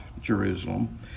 Jerusalem